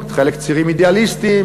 חלק צעירים אידיאליסטים,